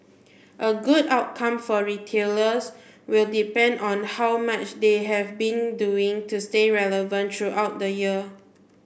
a good outcome for retailers will depend on how much they have been doing to stay relevant the year